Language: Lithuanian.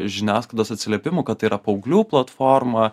žiniasklaidos atsiliepimų kad tai yra paauglių platforma